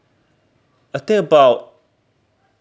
I think about